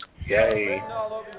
Yay